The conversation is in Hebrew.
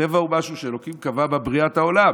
הטבע הוא משהו שאלוקים קבע בבריאת העולם.